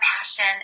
passion